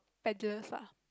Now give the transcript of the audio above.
ideas ah